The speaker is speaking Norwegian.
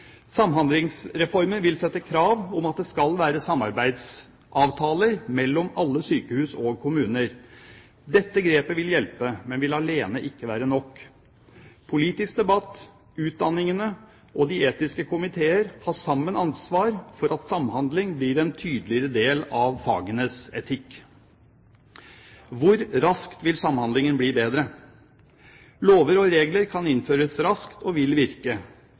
Samhandlingsreformen vil sette krav om at det skal være samarbeidsavtaler mellom alle sykehus og kommuner. Dette grepet vil hjelpe, men vil alene ikke være nok. Politisk debatt, utdanningene og de etiske komiteer har sammen ansvar for at samhandling blir en tydeligere del av fagenes etikk. Hvor raskt vil samhandlingen bli bedre? Lover og regler kan innføres raskt og vil virke.